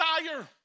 desire